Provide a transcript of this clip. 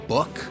Book